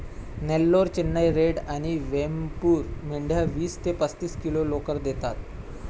Nellore, Chennai red आणि वेमपूर मेंढ्या वीस ते पस्तीस किलो लोकर देतात